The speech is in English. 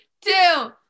two